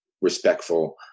respectful